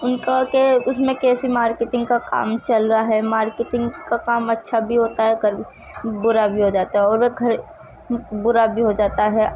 ان کا کہ اس میں کیسی مارکیٹنگ کا کام چل رہا ہے مارکیٹنگ کا کام اچّھا بھی ہوتا ہے برا بھی ہو جاتا ہے اور برا بھی ہو جاتا ہے